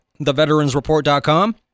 theveteransreport.com